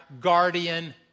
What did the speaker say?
guardian